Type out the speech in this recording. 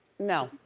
no,